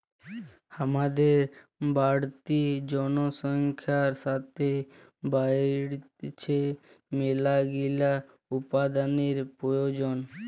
হামাদের বাড়তি জনসংখ্যার সাতে বাইড়ছে মেলাগিলা উপাদানের প্রয়োজন